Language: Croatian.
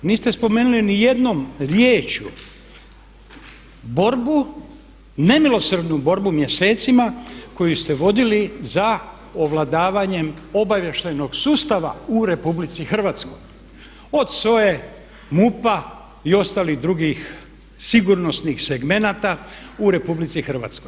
Niste spomenuli niti jednom riječju borbu, nemilosrdnu borbu mjesecima koju ste vodili za ovladavanjem obavještajnoj sustava u RH od SOA-e, MUP-a i ostalih sigurnosnih segmenata u RH.